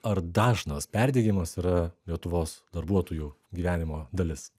ar dažnas perdegimas yra lietuvos darbuotojų gyvenimo dalis